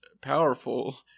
powerful